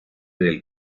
del